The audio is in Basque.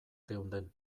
geunden